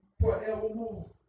forevermore